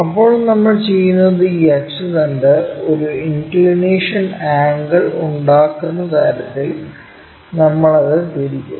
അപ്പോൾ നമ്മൾ ചെയ്യുന്നത് ഈ അച്ചുതണ്ട് ഒരു ഇൻക്ക്ളിനേഷൻ ആംഗിൾ ഉണ്ടാക്കുന്ന തരത്തിൽ നമ്മൾ അത് തിരിക്കും